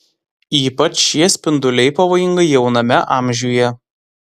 ypač šie spinduliai pavojingi jauname amžiuje